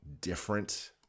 different